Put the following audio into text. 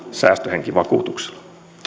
säästöhenkivakuutuksella